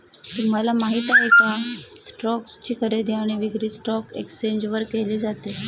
तुम्हाला माहिती आहे का? स्टोक्स ची खरेदी आणि विक्री स्टॉक एक्सचेंज वर केली जाते